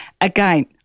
Again